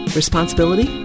responsibility